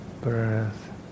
breath